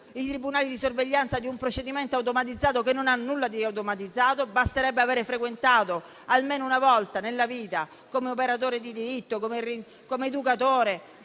i tribunali di sorveglianza di un procedimento automatizzato che non ha nulla di automatizzato. Basterebbe aver frequentato almeno una volta nella vita le carceri, come operatore di diritto, educatore